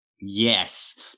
Yes